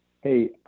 hey